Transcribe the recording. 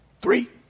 Three